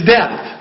death